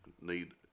need